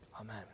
Amen